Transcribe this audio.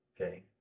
okay